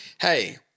hey